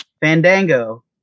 Fandango